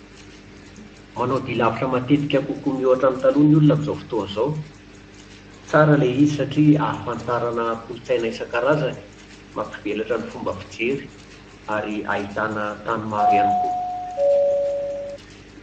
Manao dia lavitra kokoa mihoatra noho ny taloha ny olona amin'izao fotoana izao. Tsara ilay izy satria ahafantarana kolontsaina isankarazany, mampivelatra ny fomba fijery ary ahitana tany maro ihany koa